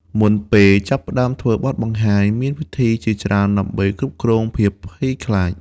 មុនពេលចាប់ផ្តើមធ្វើបទបង្ហាញ មានវិធីជាច្រើនដើម្បីគ្រប់គ្រងភាពភ័យខ្លាច។